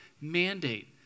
mandate